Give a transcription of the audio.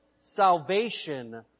Salvation